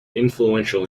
influential